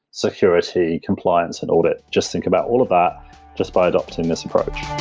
security, compliance and all that just think about all of that just by adopting this approach